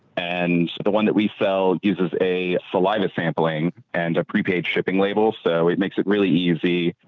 and the one that we fell uses a saliva sampling and prepaid shipping label. so it makes it really easy.